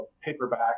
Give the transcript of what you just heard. paperback